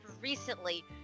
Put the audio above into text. recently